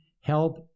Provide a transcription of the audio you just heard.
help